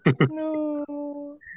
No